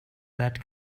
that